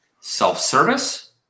self-service